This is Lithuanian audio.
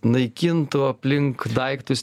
naikintų aplink daiktus